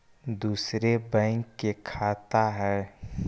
दुसरे बैंक के खाता हैं?